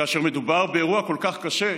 כאשר מדובר באירוע כל כך קשה,